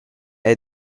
era